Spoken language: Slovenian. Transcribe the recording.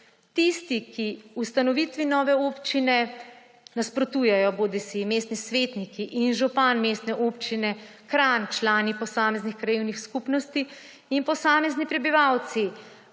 Tisti, ki ustanovitvi nove občine nasprotujejo, bodisi mestni svetniki in župan Mestne občine Kranj, člani posameznih krajevnih skupnosti in posamezni prebivalci,